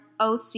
OC